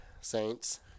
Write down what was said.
Saints